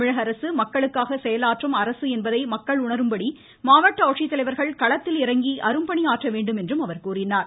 தமிழக அரசு மக்களுக்காக செயலாற்றும் அரசு என்பதை மக்கள் உணரும்படி மாவட்ட ஆட்சித்தலைவர்கள் களத்தில் இறங்கி அரும்பணியாற்ற வேண்டும் என்றும் அவர் கூறினார்